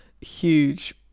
huge